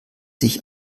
sich